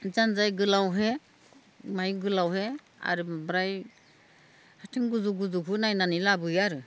लान्जाय गोलावहै माय गोलावहै आरो ओमफ्राय आथिं गोजौ गोजौखौ नायनानै लाबोयो आरो